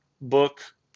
book